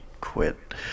quit